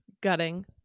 gutting